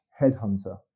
headhunter